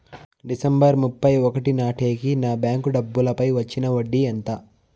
December ముప్పై ఒకటి నాటేకి నా బ్యాంకు డబ్బుల పై వచ్చిన వడ్డీ ఎంత?